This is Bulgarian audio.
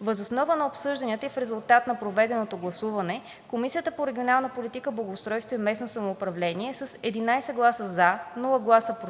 Въз основа на обсъжданията и в резултат на проведеното гласуване Комисията по регионална политика, благоустройство и местно самоуправление с 11 гласа „за“, без „против“